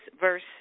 verse